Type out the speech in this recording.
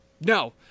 No